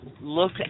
look